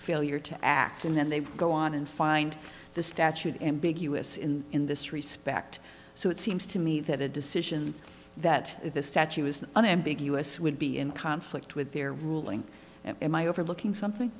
failure to act and then they go on and find the statute ambiguous in in this respect so it seems to me that a decision that this statute was an ambiguous would be in conflict with their ruling and am i overlooking something